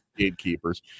gatekeepers